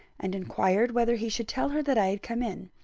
and inquired whether he should tell her that i had come in.